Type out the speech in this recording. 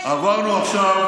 עברנו עכשיו